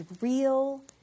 real